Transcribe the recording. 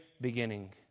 beginning